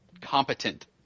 competent